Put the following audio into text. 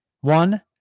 One